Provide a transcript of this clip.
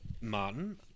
Martin